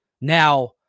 Now